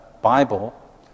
Bible